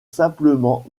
simplement